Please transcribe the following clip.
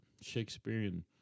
Shakespearean